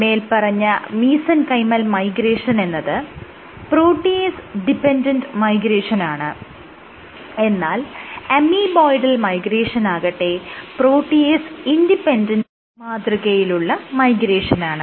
മേല്പറഞ്ഞ mesenchymal migration എന്നത് protease dependent മൈഗ്രേഷനാണ് എന്നാൽ അമീബോയ്ഡൽ മൈഗ്രേഷനാകട്ടെ പ്രോട്ടിയേസ് ഇൻഡിപെൻഡന്റ് മാതൃകയിലുള്ള മൈഗ്രേഷനാണ്